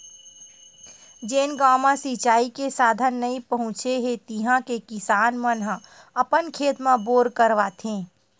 जेन गाँव म सिचई के साधन नइ पहुचे हे तिहा के किसान मन ह अपन खेत म बोर करवाथे